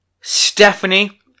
Stephanie